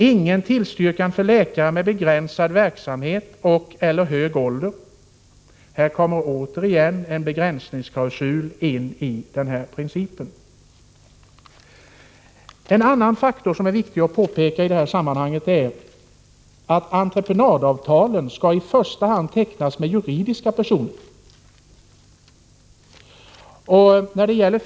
Ingen tillstyrkan för läkare med begränsad verksamhet och/eller hög ålder, sägs det vidare. Här kommer återigen en begränsningsklausul in i bilden. En annan faktor som är viktig att påpeka i detta sammanhang är att entreprenadavtalen i första hand skall tecknas med juridiska personer.